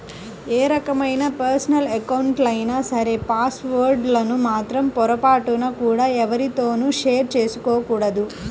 ఏ రకమైన పర్సనల్ అకౌంట్లైనా సరే పాస్ వర్డ్ లను మాత్రం పొరపాటున కూడా ఎవ్వరితోనూ షేర్ చేసుకోకూడదు